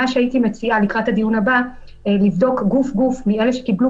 מה שהייתי מציעה לקראת הדיון הבא לבדוק גוף גוף מאלה שקיבלו